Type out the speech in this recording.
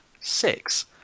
six